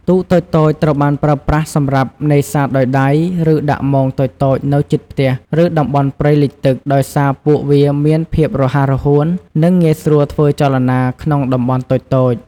ទូកតូចៗ ត្រូវបានប្រើប្រាស់សម្រាប់នេសាទដោយដៃ ឬដាក់មងតូចៗនៅជិតផ្ទះ ឬតំបន់ព្រៃលិចទឹក ដោយសារពួកវាមានភាពរហ័សរហួន និងងាយស្រួលធ្វើចលនាក្នុងតំបន់តូចៗ។